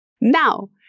Now